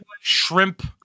Shrimp